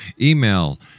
Email